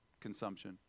consumption